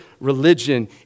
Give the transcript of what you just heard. religion